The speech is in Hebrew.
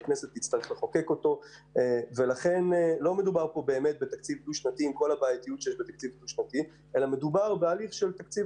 לא מדובר בתקציב דו-שנתי אלא בהליך של תקציב